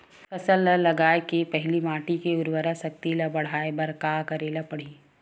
फसल लगाय के पहिली माटी के उरवरा शक्ति ल बढ़ाय बर का करेला पढ़ही?